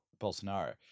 Bolsonaro